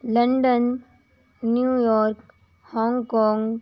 London New York Hong Kong